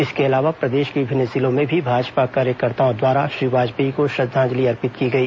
इसके अलावा प्रदेश के विभिन्न जिलों में भी भाजपा कार्यकर्ताओं द्वारा श्री वाजपेयी को श्रद्वांजलि अर्पित की गई